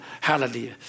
Hallelujah